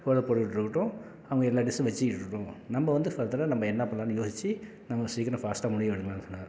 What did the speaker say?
போடுறத போட்டுட்டு இருக்குட்டும் அவங்க எல்லாம் டிஷ்ஷும் வச்சிக்கிட்டு இருக்கட்டும் நம்ம வந்து ஃபர்தராக நம்ம என்ன பண்ணலான்னு எடுக்கலாம் நம்ம சீக்கரம் ஃபாஸ்ட்டாக முடிவு எடுக்கலாம்னு சொன்னார்